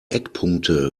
eckpunkte